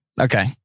Okay